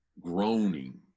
groaning